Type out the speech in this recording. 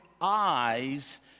eyes